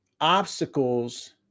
obstacles